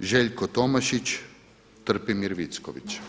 Željko Tomašić, Trpimir Vicković.